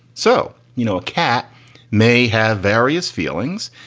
so, you know, a cat may have various feelings,